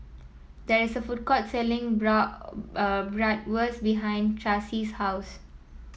there is a food court selling Bratwurst behind Tracey's house